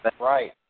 right